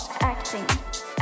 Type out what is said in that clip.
acting